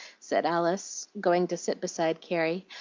said alice, going to sit beside carrie,